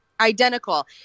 Identical